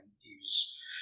use